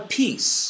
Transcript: peace